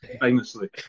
Famously